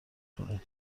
کنین